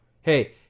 Hey